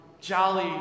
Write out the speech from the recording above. jolly